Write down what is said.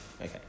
okay